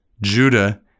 Judah